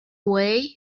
way